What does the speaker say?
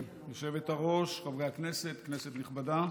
חברי הכנסת, כנסת נכבדה,